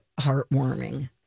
heartwarming